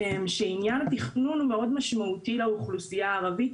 שעניין התכנון הוא מאוד משמעותי לאוכלוסייה הערבית,